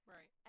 Right